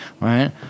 right